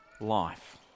life